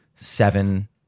seven